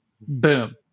boom